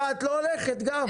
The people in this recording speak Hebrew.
לא, את לא הולכת גם.